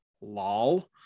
Lol